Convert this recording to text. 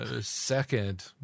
Second